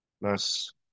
Nice